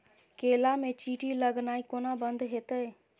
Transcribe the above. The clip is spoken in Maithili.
केला मे चींटी लगनाइ कोना बंद हेतइ?